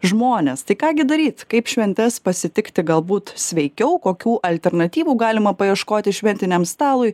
žmones tai ką gi daryt kaip šventes pasitikti galbūt sveikiau kokių alternatyvų galima paieškoti šventiniam stalui